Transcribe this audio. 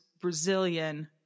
Brazilian